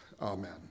Amen